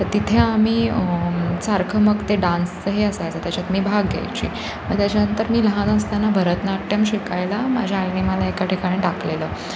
तर तिथे आम्ही सारखं मग ते डान्सचं हे असायचं त्याच्यात मी भाग घ्यायची मग त्याच्यानंतर मी लहान असताना भरतनाट्यम शिकायला माझ्या आईने मला एका ठिकाणी टाकलेलं